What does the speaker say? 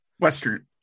western